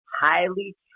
highly